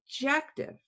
objective